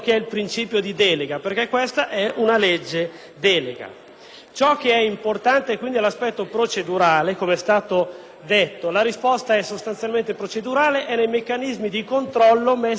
Ciò che è importante, quindi, è l'aspetto procedurale. Come è stato detto, la risposta è sostanzialmente procedurale e nei meccanismi di controllo messi in campo, anche in questo caso prendendo i suggerimenti,